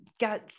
got